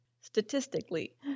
Statistically